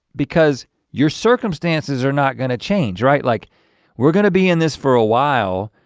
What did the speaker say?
because your circumstances are not gonna change, right? like we're gonna be in this for a while,